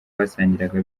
basangiraga